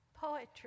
poetry